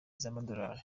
z’amadolari